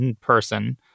person